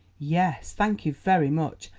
yes, thank you very much.